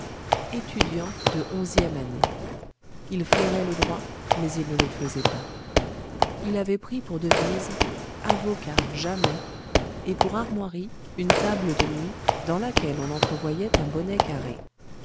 étudiant de onzième année il flairait le droit mais il ne le faisait pas il avait pris pour devise avocat jamais et pour armoiries une table de nuit dans laquelle on entrevoyait un bonnet carré